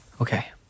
okay